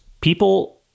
people